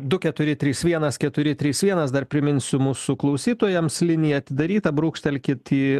du keturi trys vienas keturi trys vienas dar priminsiu mūsų klausytojams linija atidaryta brūkštelkit į